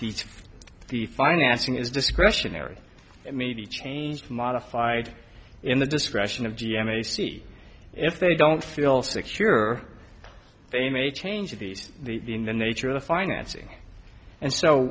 that the financing is discretionary it may be changed modified in the discretion of g m a c if they don't feel secure they may change of these the nature of the financing and so